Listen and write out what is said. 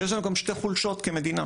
יש לנו גם שתי חולשות כמדינה.